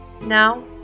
Now